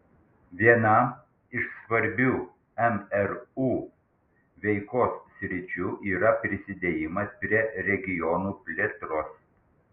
viena iš svarbių mru veikos sričių yra prisidėjimas prie regionų plėtros